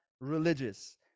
religious